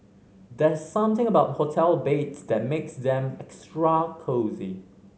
there's something about hotel beds that makes them extra cosy